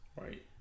Right